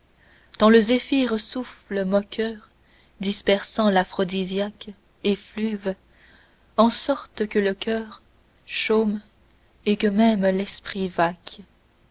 tant le zéphir souffle moqueur dispersant l'aphrodisiaque effluve en sorte que le coeur chôme et que même l'esprit vaque